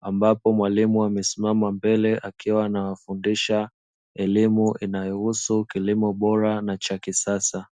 Ambapo mwalimu amesimama mbele, akiwa anawafundisha elimu inayohusu kilimo bora na cha kisasa.